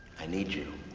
i need you.